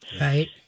Right